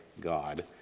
god